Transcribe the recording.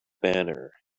banner